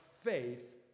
faith